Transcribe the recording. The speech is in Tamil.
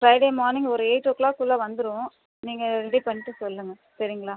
ஃப்ரைடே மார்னிங் ஒரு எய்ட் ஓ க்ளாக் குள்ளே வந்துருவோம் நீங்கள் ரெடி பண்ணிட்டு சொல்லுங்கள் சரிங்ளா